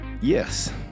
Yes